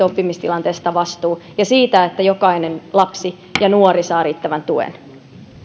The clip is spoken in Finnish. oppimistilanteesta vastuu ja siitä että jokainen lapsi ja nuori saa riittävän tuen